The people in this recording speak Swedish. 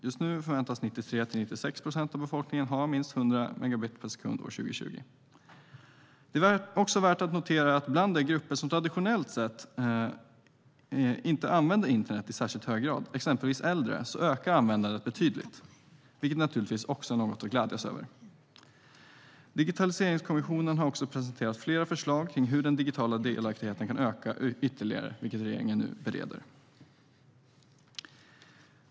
Just nu förväntas 93-96 procent av befolkningen ha minst 100 megabit per sekund år 2020. Det är också värt att notera att bland de grupper som traditionellt sett inte använder internet i särskilt hög grad, exempelvis äldre, ökar användandet betydligt, vilket naturligtvis är något att glädjas över. Digitaliseringskommissionen har presenterat flera förslag om hur den digitala delaktigheten kan öka ytterligare, vilka regeringen nu bereder.